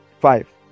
Five